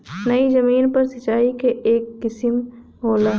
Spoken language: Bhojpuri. नयी जमीन पर सिंचाई क एक किसिम होला